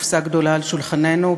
קופסה גדולה על שולחננו.